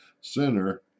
center